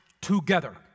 together